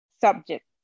subject